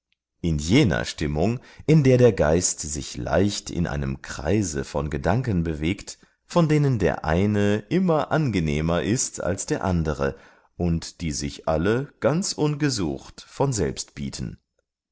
in jener stimmung in der der geist sich leicht in einem kreise von gedanken bewegt von denen der eine immer angenehmer ist als der andere und die sich alle ganz ungesucht von selbst bieten